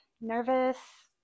nervous